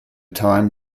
time